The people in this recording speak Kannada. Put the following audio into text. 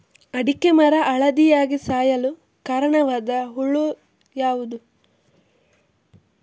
ಅಡಿಕೆ ಮರ ಹಳದಿಯಾಗಿ ಸಾಯಲು ಕಾರಣವಾದ ಹುಳು ಯಾವುದು?